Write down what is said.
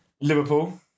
Liverpool